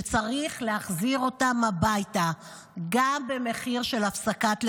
שצריך להחזיר אותם הביתה גם במחיר של הפסקת לחימה.